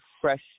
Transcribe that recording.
fresh